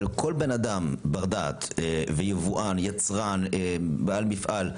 אבל כל אדם בר דעת, ויבואן, יצרן, בעל מפעל,